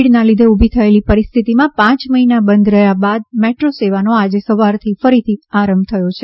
કોવિડના લીધે ઉભી થયેલી પરિસ્થિતિમાં પાંચ મહિના બંધ રહ્યા પછી મેટ્રો સેવાનો આજે સવારથી ફરીથી આરંભ થયો છે